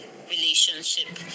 relationship